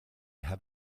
have